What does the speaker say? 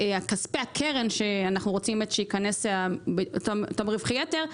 כספי הקרן שיהיו מאותם רווחי יתר,